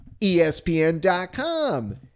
ESPN.com